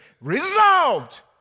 resolved